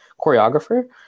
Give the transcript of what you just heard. choreographer